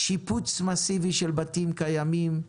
שיפוץ מסיבי של בתים קיימים,